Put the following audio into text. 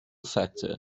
factor